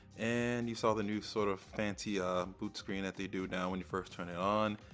and you saw the new sort of fancy ah boot screen that they do now, when you first turn it on.